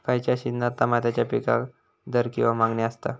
खयच्या सिजनात तमात्याच्या पीकाक दर किंवा मागणी आसता?